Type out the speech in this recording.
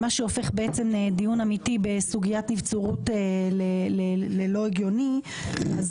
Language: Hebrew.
מה שהופך בעצם דיון אמיתי בסוגיית נבצרות ללא הגיוני אז